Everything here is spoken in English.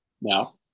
now